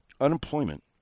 unemployment